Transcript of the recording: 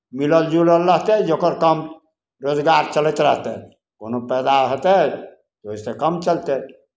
मिलल जुलल रहतै जे ओकर काम रोजगार चलैत रहतै कोनो तऽ पैदा होतै तऽ ओहिसँ काम चलतै